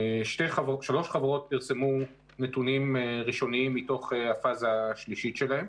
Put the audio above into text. שלוש חברות פרסמו נתונים ראשוניים מתוך הפאזה השלישית שלהן